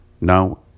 Now